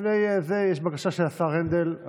יש בקשה של השר הנדל.